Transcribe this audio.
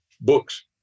books